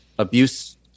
abuse